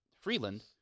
Freeland